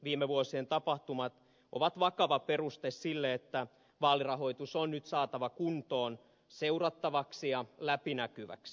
viime vuosien tapahtumat ovat vakava peruste sille että vaalirahoitus on nyt saatava kuntoon seurattavaksi ja läpinäkyväksi